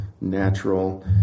natural